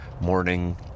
morning